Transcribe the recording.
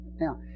Now